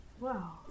Wow